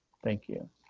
thank you.